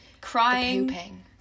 crying